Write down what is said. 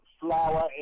flour